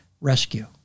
rescue